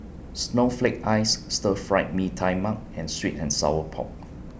Snowflake Ice Stir Fried Mee Tai Mak and Sweet and Sour Pork